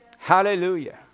Hallelujah